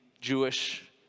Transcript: Jewish